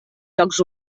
jocs